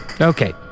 Okay